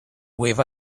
with